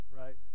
right